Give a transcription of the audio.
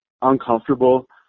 uncomfortable